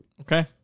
Okay